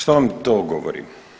Što vam to govori?